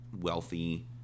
wealthy